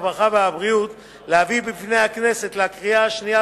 הרווחה והבריאות להביא בפני הכנסת לקריאה השנייה